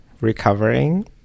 recovering